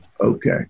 Okay